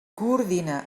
coordina